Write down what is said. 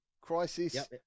crisis